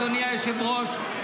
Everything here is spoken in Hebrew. אדוני היושב-ראש,